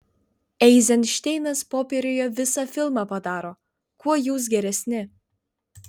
eizenšteinas popieriuje visą filmą padaro kuo jūs geresni